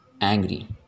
angry